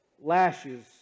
Lashes